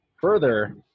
Further